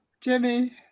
Jimmy